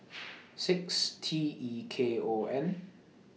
six T E K O N